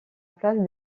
place